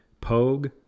Pogue